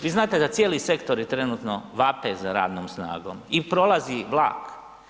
Vi znate da cijeli sektori trenutno vape za rednom snagom i prolazi vlak.